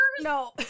No